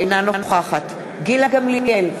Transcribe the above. אינה נוכחת גילה גמליאל,